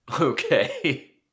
Okay